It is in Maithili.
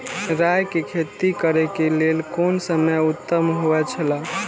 राय के खेती करे के लेल कोन समय उत्तम हुए छला?